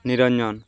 Niranjan